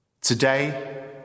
Today